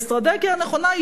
האסטרטגיה הנכונה,